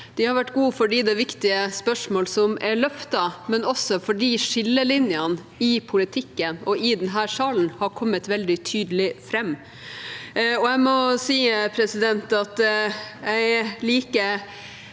De har vært gode fordi det er viktige spørsmål som er løftet, men også fordi skillelinjene i politikken og i denne salen har kommet veldig tydelig fram. Jeg må si at jeg er